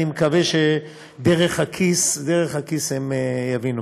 אני מקווה שדרך הכיס, דרך הכיס הם יבינו.